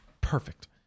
perfect